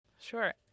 sure